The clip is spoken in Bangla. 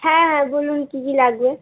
হ্যাঁ হ্যাঁ বলুন কী কী লাগবে